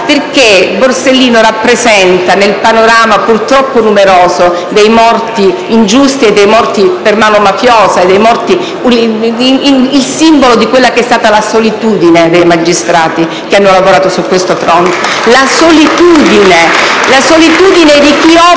perché Borsellino rappresenta, nel panorama purtroppo numeroso delle persone vittime di una morte ingiusta, dei morti per mano mafiosa, il simbolo di quella che è stata la solitudine dei magistrati che hanno lavorato su questo fronte; la solitudine di chi opera